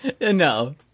No